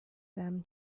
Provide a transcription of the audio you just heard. them